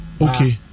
Okay